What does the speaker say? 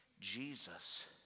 Jesus